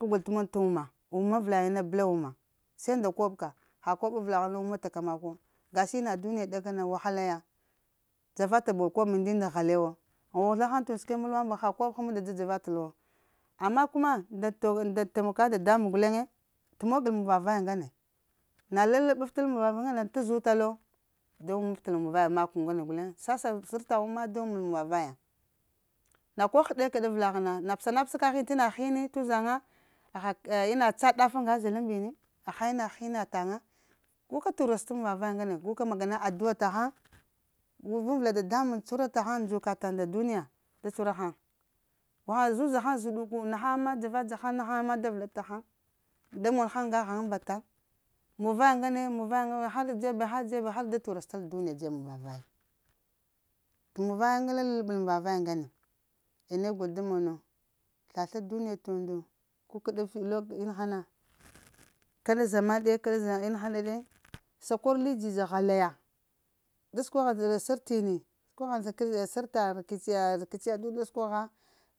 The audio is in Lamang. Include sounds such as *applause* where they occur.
Ka gəl t’ mog t’ wuma, wuma avəlayiŋ na bəla wuma se nda koɓ ka. Ha koɓ avəla hu na wuma ka t’ makwu, ga shi ina duniya ɗakana wahala ya dzara ta bol koɓ moŋ nduda halaya wo, hughəzla haŋ t’ und səkweb mulwa mbəŋ ha koɓaŋ da da dzavatal wo amma kuma nda temako nda temakuwa dadamuŋ guleŋ t’ mogəl mun-va-vaya ŋgane na la ləɓaftal mun-va-vaya ŋgane ta zu talo, da wumabtal mun vaya makw ŋgane, sasa sərta wama da wumatal mun vaya ŋgane. Na ko həɗeka ɗa avela ha ina hini t’ ujaŋa ha ina la ɗaf ŋga zəɗalambini, aha ina hini taŋga guka tura nasta mun vavaya ŋgane gu ka magana adu'a taghaŋ, vuŋ vəla da damuŋ tahgaŋ ndzuka duniya da cuhura haŋ. gu haŋ zuza haŋ zəɗuku nahaŋ ma dzara dza haŋ nahaŋ ma da vəla ɗa ta haŋ da wuma haŋ ŋga haŋaŋ mbataŋ muvaya ŋgane muvayr har dzebe dzebe har da turastal duniya ŋgane dzeb muŋ va vaya muŋ vaye da ləlaɓel mun vaya ŋgane. Eh ne gol da mono, sla-sla duniya t’ undu kukəɗa lo ina hana *noise* kaɗa zaman de ka ɗa ma hanam sa kor li dzidza halaya, da səkwagha sər tini, səkwagha sərta rikiciya duniya səkwagha,